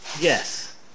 Yes